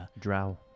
Drow